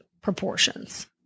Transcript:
proportions